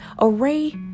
array